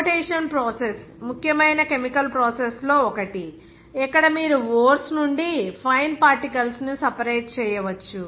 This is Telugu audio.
ఫ్లోటేషన్ ప్రాసెస్ ముఖ్యమైన కెమికల్ ప్రాసెస్ లలో ఒకటి ఇక్కడ మీరు ఓర్స్ నుండి ఫైన్ పార్టికల్స్ ను సెపరేట్ చేయవచ్చు